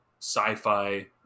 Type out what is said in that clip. sci-fi